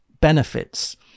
benefits